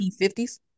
1950s